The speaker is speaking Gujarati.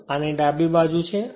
તેથી આની ડાબી બાજુ છે